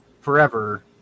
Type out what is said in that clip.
forever